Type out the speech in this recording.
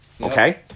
Okay